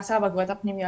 השני מעביר את הטלפון